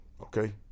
Okay